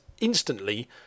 instantly